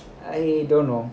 I don't know